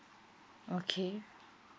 okay